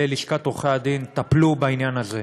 ללשכת עורכי-הדין, טפלו בעניין הזה.